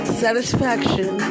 satisfaction